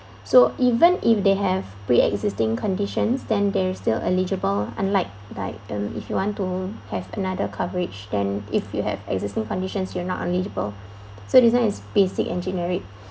so even if they have pre existing conditions then they are still eligible unlike by them if you want to have another coverage then if you have existing conditions you are not eligible so this one is basic and generic